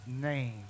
name